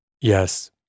Yes